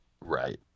Right